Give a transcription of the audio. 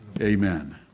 Amen